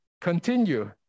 continue